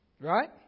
Right